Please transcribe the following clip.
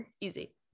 easy